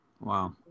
Wow